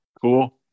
Cool